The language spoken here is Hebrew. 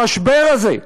המשבר הזה,